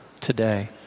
today